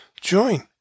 join